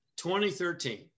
2013